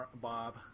Bob